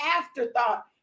afterthought